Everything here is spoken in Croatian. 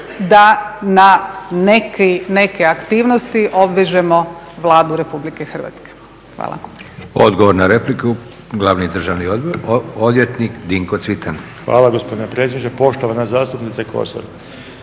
da na neke aktivnosti obvežemo Vladu Republike Hrvatske. Hvala.